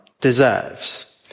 deserves